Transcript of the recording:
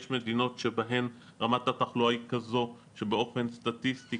יש מדינות שבהן רמת התחלואה היא כזו שבאופן סטטיסטי